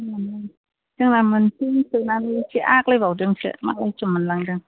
जोंना मोनसे फोनानै एसे आग्लायबावदोंसो मालायसो मोनलांदों